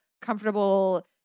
comfortable